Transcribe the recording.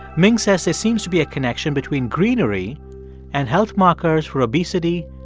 ming says there seems to be a connection between greenery and health markers for obesity,